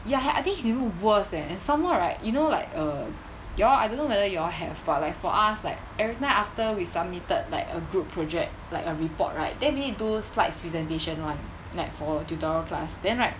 ya ha~ I think his [one] worse eh some more right you know like err you all I don't know whether you all have but like for us like every time after we submitted like a group project like a report right then we need do slides presentation [one] like for tutorial class then right